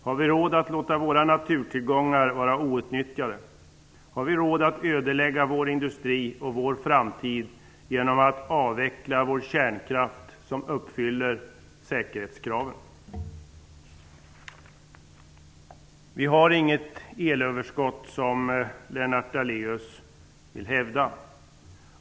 Har vi råd att låta våra naturtillgångar vara outnyttjade? Har vi råd att ödelägga vår industri och vår framtid genom att avveckla vår kärnkraft, som uppfyller säkerhetskraven? Vi har inget elöverskott, som Lennart Daléus vill hävda.